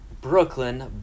Brooklyn